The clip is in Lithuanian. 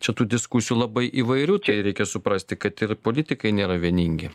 čia tų diskusijų labai įvairių tai reikia suprasti kad ir politikai nėra vieningi